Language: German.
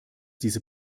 diese